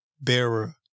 bearer